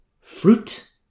fruit